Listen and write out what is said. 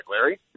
Larry